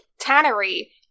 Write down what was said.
tannery